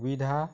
সুবিধা